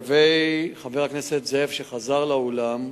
חבר הכנסת זאב, שחזר לאולם,